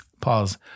Pause